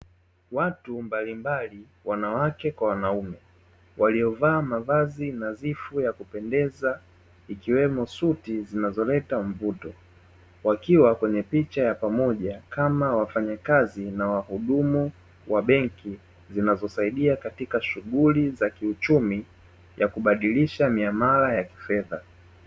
Watu mbalimbali wanawake kwa wanaume waliovaa mavazi nadhifu ya kupendeza ikiwemo suti zinazoleta mvuto, wakiwa kwenye picha ya pamoja kama wafanyakazi na wahudumu wa benki, zinazosaidia katika shughuli za kiuchumi ya kubadilisha miamala ya kifedha.